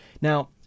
Now